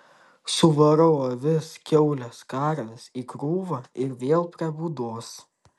suvarau avis kiaules karves į krūvą ir vėl prie būdos